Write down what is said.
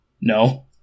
No